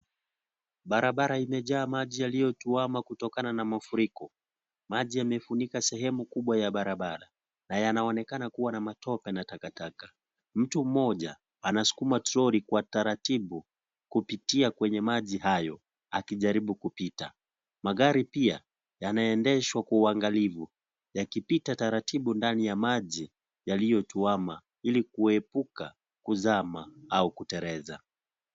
Barabara imejaa maji yaliyotuama kutokana na mafuriko. Maji yamefunika sehemu kubwa ya barabara, na yanaonekana kuwa na matope na takataka. Mtu moja anasukuma trori kwa taratibu, kupitia kwenye maji hayo akijaribu kupita. Magari pia yanaendenshwa kwa uangalifu yakipita taratibu ndani ya maji ya liyotuama ilikuwe puka, kuzama, au kuterenda. Barabara hitheja mati ya liyotuama kutokana na mofriku. Mati ya liyotuama ilikuwe puka, kuzama, au kuterenda.